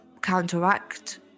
counteract